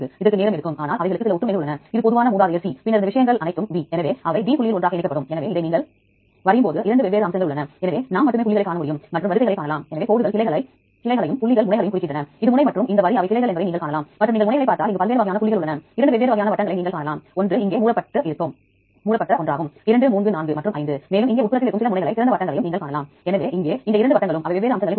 அதற்குப் பிறகு நீங்கள் வகைபிரித்தல் இன் தோற்ற விவரங்கள் வரிசை டேட்டா மற்றும் பிற அனைத்து விவரங்களையும் பெறலாம் இந்த அனைத்து வரிசை முறைகள் மூலம் Uniprot டின் முடிவில் நீங்கள் பெறக்கூடிய முக்கியமான விவரம் என்ன என்பது அமினோ அமில விநியோகம் ஆகும்